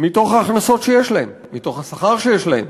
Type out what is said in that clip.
מתוך ההכנסות שיש להם, מתוך השכר שיש להם.